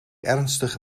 ernstig